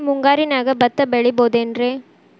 ಮುಂಗಾರಿನ್ಯಾಗ ಭತ್ತ ಬೆಳಿಬೊದೇನ್ರೇ?